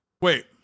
wait